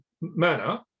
manner